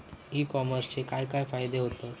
E कॉमर्सचे काय काय फायदे होतत?